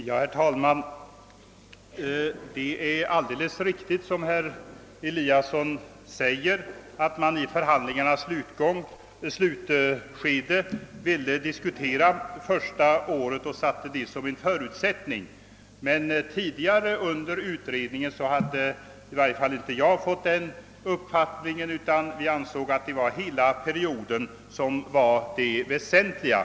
Herr talman! Det är alldeles riktigt som herr Eliasson i Sundborn säger, att man i förhandlingarnas slutskede ville diskutera första året och uppställde det som en förutsättning. Men tidigare under utredningsarbetet hade i varje fall inte jag fått uppfattningen att man ville göra på detta sätt, utan vi ansåg att det var hela perioden som var det väsentliga.